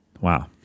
Wow